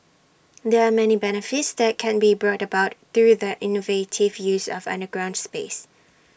there are many benefits that can be brought about through the innovative use of underground space